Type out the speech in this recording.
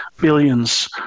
billions